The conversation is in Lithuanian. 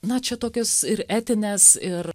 na čia tokios ir etinės ir